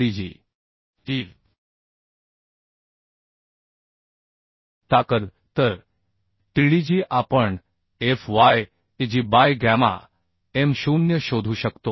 ची ताकद तर TDG आपण Fy Ag by gamma m 0 शोधू शकतो